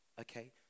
okay